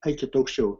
eikit aukščiau